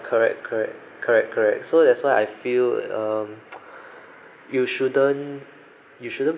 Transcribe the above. correct correct correct correct so that's why I feel um you shouldn't you shouldn't